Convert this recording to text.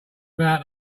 about